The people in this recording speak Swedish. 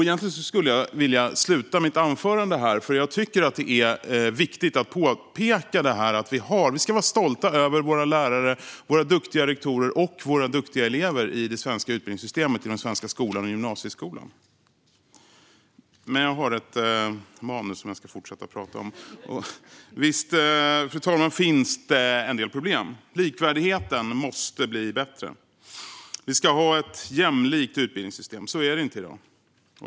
Egentligen skulle jag vilja avsluta mitt anförande här, eftersom jag tycker att det är viktigt att just påpeka att vi ska vara stolta över våra lärare, duktiga rektorer och duktiga elever i det svenska utbildningssystemet, den svenska skolan och gymnasieskolan. Men jag har ett manus jag ska hålla mig till. Fru talman! Visst finns det en del problem. Likvärdigheten måste bli bättre. Vi ska ha ett jämlikt utbildningssystem. Så är det inte i dag.